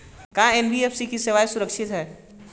का एन.बी.एफ.सी की सेवायें सुरक्षित है?